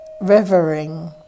revering